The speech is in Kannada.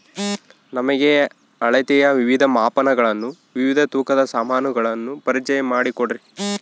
ನಮಗೆ ಅಳತೆಯ ವಿವಿಧ ಮಾಪನಗಳನ್ನು ವಿವಿಧ ತೂಕದ ಸಾಮಾನುಗಳನ್ನು ಪರಿಚಯ ಮಾಡಿಕೊಡ್ರಿ?